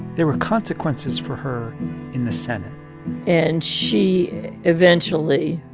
there were consequences for her in the senate and she eventually,